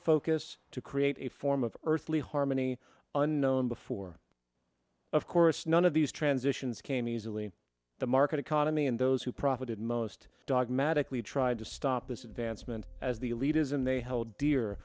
focus to create a form of earthly harmony a known before of course none of these transitions came easily the market economy and those who profited most dogmatically tried to stop this advancement as the leaders and they held dear